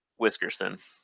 Whiskerson